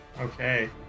Okay